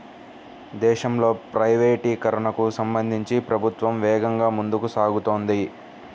దేశంలో ప్రైవేటీకరణకు సంబంధించి ప్రభుత్వం వేగంగా ముందుకు సాగుతోంది